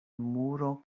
muro